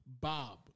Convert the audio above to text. Bob